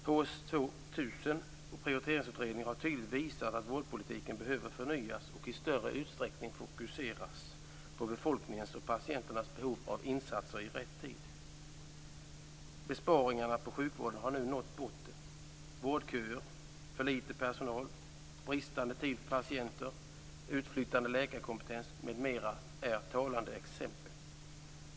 HSU 2000 och Prioriteringsutredningen har tydligt visat att vårdpolitiken behöver förnyas och i större utsträckning fokuseras på befolkningens och patienternas behov av insatser i rätt tid. Besparingarna på sjukvården har nu nått botten. Vårdköer, för lite personal, bristande tid för patienter, utflyttande läkarkompetens m.m. är talande exempel.